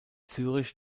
zürich